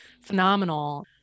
phenomenal